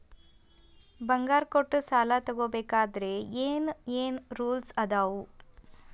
ಬಂಗಾರ ಕೊಟ್ಟ ಸಾಲ ತಗೋಬೇಕಾದ್ರೆ ಏನ್ ಏನ್ ರೂಲ್ಸ್ ಅದಾವು?